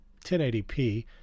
1080p